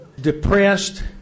depressed